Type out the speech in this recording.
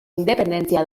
independentzia